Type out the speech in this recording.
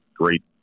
great